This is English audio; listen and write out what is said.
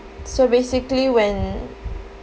so basically when